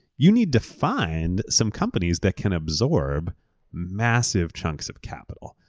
you need to find some companies that can absorb massive chunks of capital.